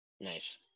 Nice